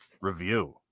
review